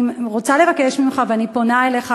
אני רוצה לבקש ממך ואני פונה אליך.